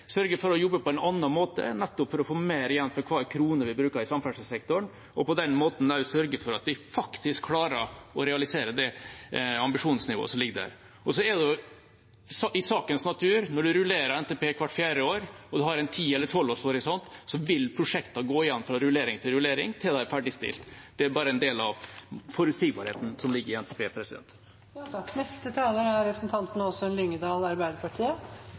sørge for å jobbe på en annen måte – nettopp for å få mer igjen for hver krone vi bruker i samferdselssektoren, og på den måten sørge for at vi faktisk klarer å realisere det ambisjonsnivået som ligger der. Så ligger det i sakens natur når man rullerer NTP hvert fjerde år, og man har en tiårs- eller tolvårshorisont, at prosjektene vil gå igjen fra rullering til rullering, til de er ferdigstilt. Det er en del av forutsigbarheten som ligger i NTP.